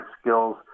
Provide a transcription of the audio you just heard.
skills